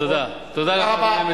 תודה רבה.